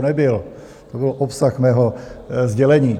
To byl obsah mého sdělení.